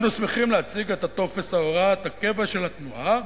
אנו שמחים להציג את טופס הוראת הקבע של התנועה.